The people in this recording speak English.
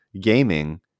gaming